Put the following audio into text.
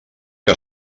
que